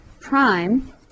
prime